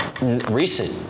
recent